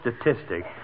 statistic